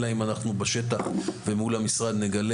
אלא אם אנחנו בשטח ומול המשרד נגלה